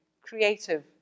creative